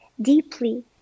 deeply